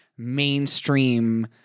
mainstream